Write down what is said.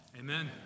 Amen